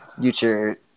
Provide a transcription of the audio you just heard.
future